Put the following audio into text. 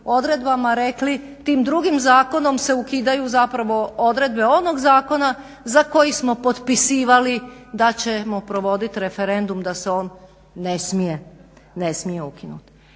odredbama rekli tim drugim zakonom se ukidaju zapravo odredbe onog zakona za koji smo potpisivali da ćemo provodit referendum, da se on ne smije ukinut.